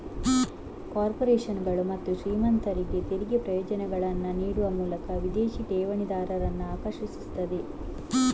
ಕಾರ್ಪೊರೇಷನುಗಳು ಮತ್ತು ಶ್ರೀಮಂತರಿಗೆ ತೆರಿಗೆ ಪ್ರಯೋಜನಗಳನ್ನ ನೀಡುವ ಮೂಲಕ ವಿದೇಶಿ ಠೇವಣಿದಾರರನ್ನ ಆಕರ್ಷಿಸ್ತದೆ